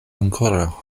ankoraŭ